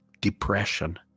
Depression